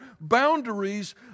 boundaries